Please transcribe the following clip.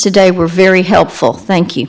today were very helpful thank you